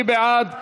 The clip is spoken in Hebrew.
מי בעד?